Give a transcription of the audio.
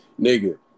nigga